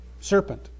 serpent